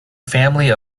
family